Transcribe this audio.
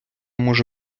може